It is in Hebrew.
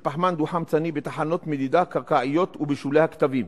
פחמן דו-חמצני בתחנות מדידה קרקעיות ובשולי הקטבים.